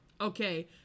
Okay